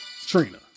Trina